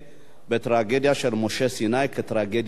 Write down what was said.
בטרגדיה של משה סיני טרגדיה אישית.